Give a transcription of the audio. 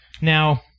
Now